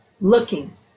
looking